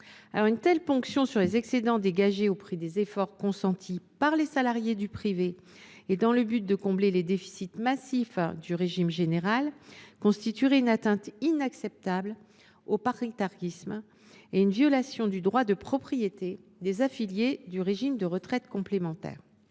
Une telle ponction sur des excédents dégagés au prix des efforts consentis par les salariés du privé, ponction entreprise dans le but de combler les déficits massifs du régime général, constituerait une atteinte inacceptable au paritarisme et une violation du droit de propriété des affiliés du régime de retraite complémentaire.